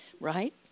Right